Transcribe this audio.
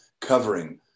covering